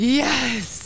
yes